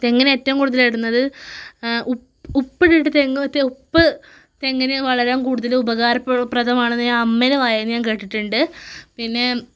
തെങ്ങിനേറ്റവും കൂടുതലിടുന്നത് ഉപ് ഉപ്പിട്ടിട്ട് തെങ്ങ് വെത്ത ഉപ്പു തെങ്ങിനു വളരാൻ കൂടുതൽ ഉപകാരപ്രദമാണെന്നു ഞാൻ അമ്മയുടെ വായിൽ നിന്നു ഞാൻ കേട്ടിട്ടുണ്ട് പിന്നെ